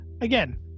again